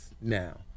now